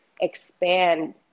expand